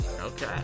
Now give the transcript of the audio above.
Okay